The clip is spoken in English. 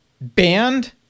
banned